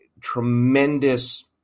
tremendous